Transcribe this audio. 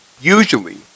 Usually